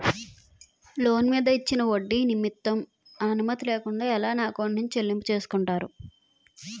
Loan మీద ఇచ్చిన ఒడ్డి నిమిత్తం నా అనుమతి లేకుండా ఎలా నా ఎకౌంట్ నుంచి చెల్లింపు చేసుకుంటారు?